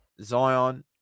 Zion